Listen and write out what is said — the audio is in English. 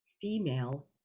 female